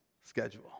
schedule